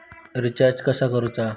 Recharge कसा करूचा?